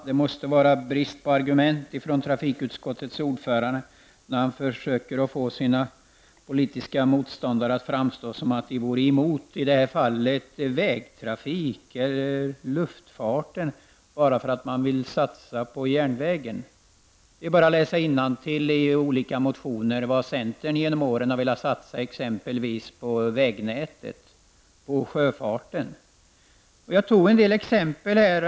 Herr talman! Trafikutskottets ordförande måste ha brist på argument, eftersom han försöker få det att framstå som om hans politiska motståndare vore emot vägtrafik eller luftfart bara därför att vi vill satsa på järnvägen. Det är bara att läsa innantill i olika motioner för att se vad centern genom åren har velat satsa exempelvis på vägnätet och på sjöfarten. Jag nämnde här en del exempel.